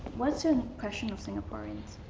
what's your impression of singaporeans